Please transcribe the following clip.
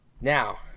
Now